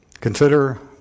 consider